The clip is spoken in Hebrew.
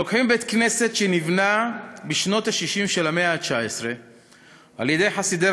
לוקחים בית-כנסת שנבנה בשנות ה-60 של המאה ה-19 על-ידי חסידי